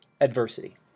adversity